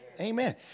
Amen